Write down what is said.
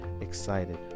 excited